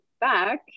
Back